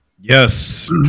Yes